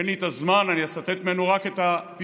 אין לי את הזמן, אני אצטט ממנו רק את הפזמון: